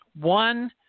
one